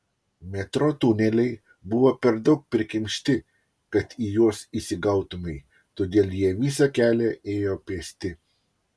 metro tuneliai buvo per daug prikimšti kad į juos įsigautumei todėl jie visą kelią ėjo pėsti